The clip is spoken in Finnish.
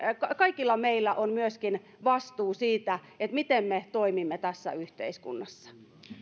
kaikilla meillä on myöskin vastuu siitä miten me toimimme tässä yhteiskunnassa